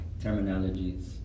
terminologies